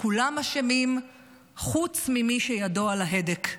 כולם אשמים חוץ ממי שידו על ההדק.